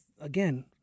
again